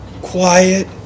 quiet